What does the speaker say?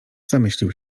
zamyślił